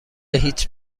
هیچ